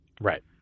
Right